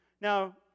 Now